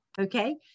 Okay